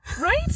Right